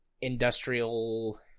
industrial